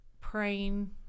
praying